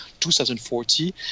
2040